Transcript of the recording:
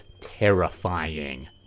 terrifying